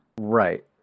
Right